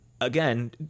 Again